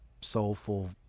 soulful